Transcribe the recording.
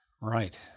Right